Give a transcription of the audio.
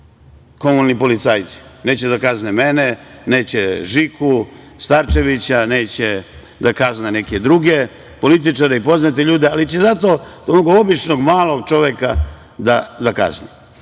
komunalni policajci. Neće da kazne mene, neće Žiku Starčevića, neće da kazne neke druge političare i poznate ljude, ali će zato onog običnog malog čoveka da kazne.